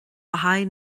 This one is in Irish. haghaidh